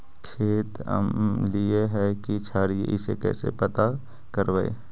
खेत अमलिए है कि क्षारिए इ कैसे पता करबै?